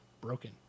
broken